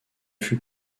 fut